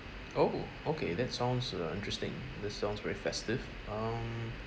oh okay that sounds uh interesting that sounds very festive um